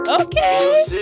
Okay